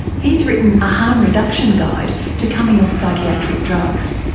he's written a harm reduction guide to coming off psychiatric drugs.